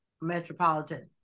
metropolitan